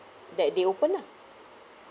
that they opened lah